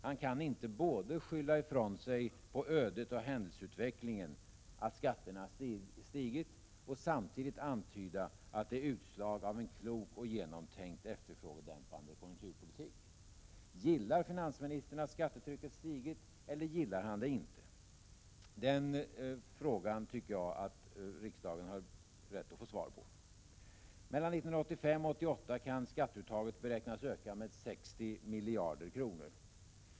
Han kan inte både skylla ifrån sig på ödet och händelseutvecklingen att skatterna stigit och samtidigt antyda att det är utslag av en klok och genomtänkt efterfrågedämpande konjunkturpolitik. Gillar finansministern att skattetrycket stigit, eller gillar han det inte? Den frågan tycker jag att riksdagen har rätt att få svar på. Mellan 1985 och 1988 kan skatteuttaget beräknas öka med 60 miljarder kronor.